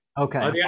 Okay